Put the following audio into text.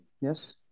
yes